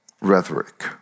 rhetoric